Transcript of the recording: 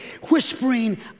whispering